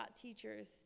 teachers